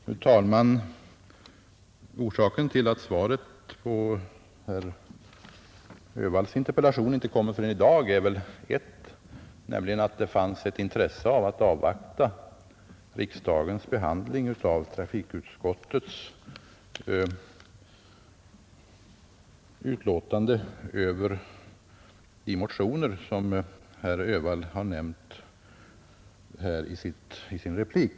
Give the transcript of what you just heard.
Fru talman! Orsaken till att svaret på herr Öhvalls interpellation inte kommit förrän i dag är att det fanns ett intresse av att avvakta riksdagens behandling av trafikutskottets betänkande över de motioner som herr Öhvall nämnde här i sin replik.